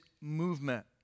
movement